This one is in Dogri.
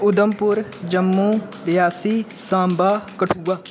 उधमपुर जम्मू रेयासी साम्बा कठुआ